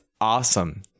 awesome